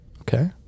okay